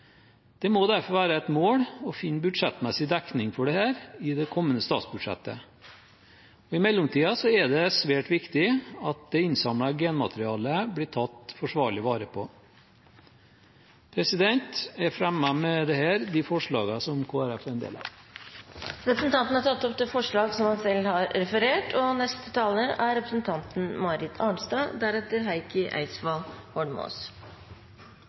Det må derfor være et mål å finne budsjettmessig dekning for dette i det kommende statsbudsjettet. I mellomtiden er det svært viktig at det innsamlede genmaterialet blir tatt forsvarlig vare på. Jeg tar med dette opp det forslaget som Kristelig Folkeparti er en del av. Representanten Steinar Reiten har tatt opp det forslaget han